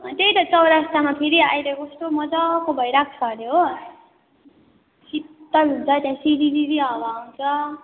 त्यही त चौरस्तामा फेरि अहिले कस्तो मजाको भइरहेको छ अरे हो शीतल हुन्छ त्या सिरिरिरि हवा आउँछ